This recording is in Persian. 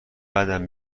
بدم